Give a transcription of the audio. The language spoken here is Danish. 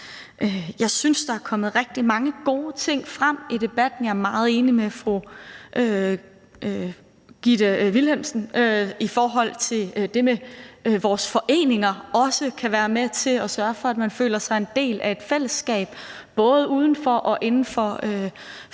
Jeg synes, der er kommet rigtig mange gode ting frem i debatten. Jeg er meget enig med fru Gitte Willumsen i forhold til det med, at vores foreninger også kan være med til at sørge for, at man føler sig som en del af et fællesskab, både uden for og inden for vores